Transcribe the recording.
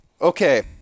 Okay